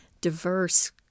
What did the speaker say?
diverse